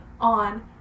on